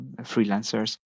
freelancers